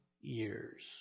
years